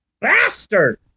bastard